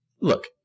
Look